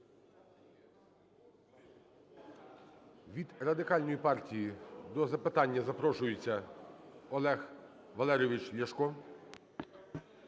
Від Радикальної партії до запитання запрошується Олег Валерійович Ляшко.